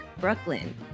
Brooklyn